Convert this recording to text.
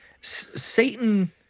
Satan